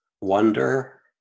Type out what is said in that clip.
Wonder